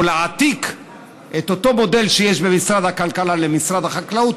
או להעתיק את אותו מודל שיש במשרד הכלכלה למשרד החקלאות,